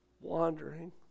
wandering